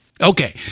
Okay